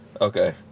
okay